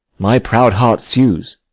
my proud heart sues,